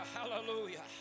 Hallelujah